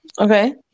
Okay